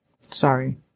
Sorry